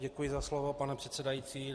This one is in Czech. Děkuji za slovo, pane předsedající.